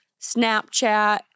Snapchat